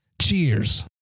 Cheers